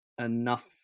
enough